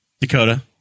Dakota